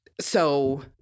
So-